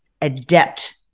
adept